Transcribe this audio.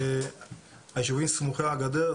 היישובים סמוכי הגדר,